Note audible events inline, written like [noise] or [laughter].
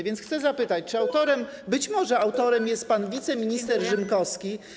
Więc chcę zapytać, [noise] czy autorem, być może autorem jest pan wiceminister Rzymkowski.